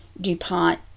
Dupont